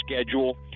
schedule